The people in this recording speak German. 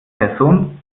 person